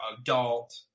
adult